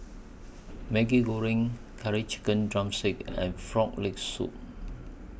Maggi Goreng Curry Chicken Drumstick and Frog Leg Soup